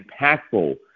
impactful